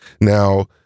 Now